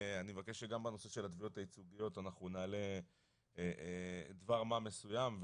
אני מבקש שגם בנושא של התביעות הייצוגיות אנחנו נעלה דבר מה מסוים,